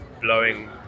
blowing